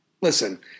listen